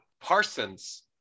Parsons